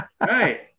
Right